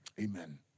Amen